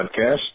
podcast